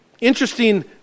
Interesting